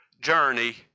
journey